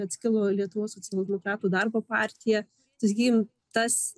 atskilo lietuvos socialdemokratų darbo partija tai sakykim tas